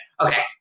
Okay